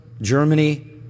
Germany